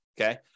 okay